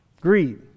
greed